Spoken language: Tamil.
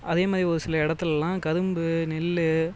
அதேமாதிரி ஒரு சில இடத்திலலாம் கரும்பு நெல்